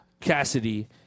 Cassidy